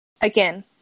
Again